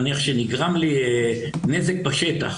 נניח שנגרם לי נזק בשטח,